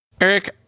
eric